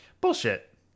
Bullshit